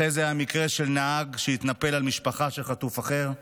אחרי זה היה מקרה של נהג שהתנפל על משפחה של חטוף אחר.